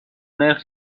نرخ